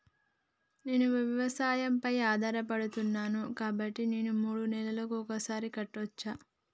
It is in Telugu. నేను వ్యవసాయం పై ఆధారపడతాను కాబట్టి నేను మూడు నెలలకు ఒక్కసారి కట్టచ్చా?